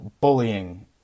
bullying